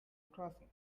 crossing